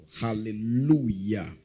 hallelujah